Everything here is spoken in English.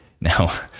Now